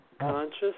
conscious